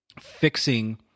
fixing